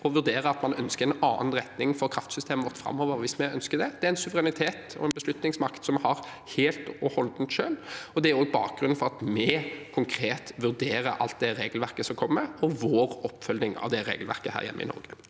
å vurdere at man ønsker en annen retning for kraftsystemet vårt framover, hvis vi ønsker det. Det er en suverenitet og en beslutningsmakt vi har helt og holdent selv, og det er også bakgrunnen for at vi konkret vurderer alt det regelverket som kommer, og vår oppfølging av det regelverket her hjemme i Norge.